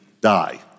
die